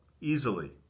easily